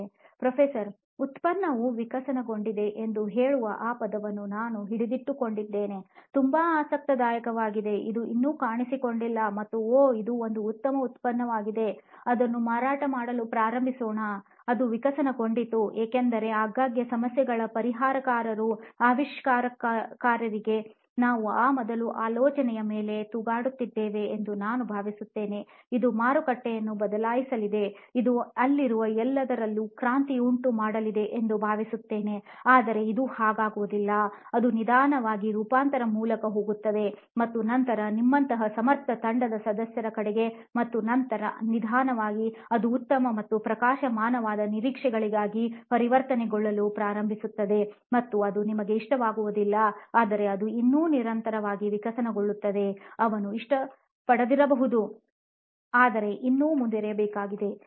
professor ಉತ್ಪನ್ನವು ವಿಕಸನಗೊಂಡಿದೆ ಎಂದು ಹೇಳುವ ಆ ಪದವನ್ನು ನಾನು ಹಿಡಿದಿಟ್ಟುಕೊಳ್ಳುತ್ತೇನೆತುಂಬಾ ಆಸಕ್ತಿದಾಯಕವಾಗಿದೆ ಅದು ಇನ್ನು ಕಾಣಿಸಿಕೊಂಡಿಲ್ಲ ಮತ್ತು ಓಹ್ ಇದು ಒಂದು ಉತ್ತಮ ಉತ್ಪನ್ನವಾಗಿದೆ ಅದನ್ನು ಮಾರಾಟ ಮಾಡಲು ಪ್ರಾರಂಭಿಸೋಣ ಅದು ವಿಕಸನಗೊಂಡಿತು ಏಕೆಂದರೆ ಆಗಾಗ್ಗೆ ಸಮಸ್ಯೆಗಳ ಪರಿಹಾರಕಾರರು ಆವಿಷ್ಕಾರಕರಾಗಿ ನಾವು ಆ ಮೊದಲ ಆಲೋಚನೆಯ ಮೇಲೆ ತೂಗಾಡುತ್ತೇವೆ ಎಂದು ನಾವು ಭಾವಿಸುತ್ತೇವೆ ಇದು ಮಾರುಕಟ್ಟೆಯನ್ನು ಬದಲಾಯಿಸಲಿದೆ ಇದು ಅಲ್ಲಿರುವ ಎಲ್ಲದರಲ್ಲೂ ಕ್ರಾಂತಿಯುಂಟು ಮಾಡಲಿದೆ ಎಂದು ಭಾವಿಸುತ್ತೇವೆ ಆದರೆ ಇದು ಹಾಗೆ ಆಗುವುದಿಲ್ಲ ಅದು ನಿಧಾನವಾಗಿ ರೂಪಾಂತರದ ಮೂಲಕ ಹೋಗುತ್ತದೆ ಮತ್ತು ನಂತರ ನಿಮ್ಮಂತಹ ಸಮರ್ಥ ತಂಡದ ಸದಸ್ಯರ ಕಡೆಗೆ ಮತ್ತು ನಂತರ ನಿಧಾನವಾಗಿ ಅದು ಉತ್ತಮ ಮತ್ತು ಪ್ರಕಾಶಮಾನವಾದ ನಿರೀಕ್ಷೆಗಳಾಗಿ ಪರಿವರ್ತನೆಗೊಳ್ಳಲು ಪ್ರಾರಂಭಿಸುತ್ತದೆ ಮತ್ತು ಅದು ನಿಮಗೆ ಇಷ್ಟವಾಗುವುದಿಲ್ಲ ಆದರೆ ಅದು ಇನ್ನೂ ನಿರಂತರವಾಗಿ ವಿಕಸನಗೊಳ್ಳುತ್ತದೆ ಅವನು ಇಷ್ಟಪಡದಿರಬಹುದು ಆದರೆ ಇನ್ನೂ ಮುಂದುವರಿಯಬೇಕಾಗಿದೆ ಸರಿ